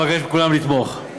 אני אבקש מכולם לתמוך.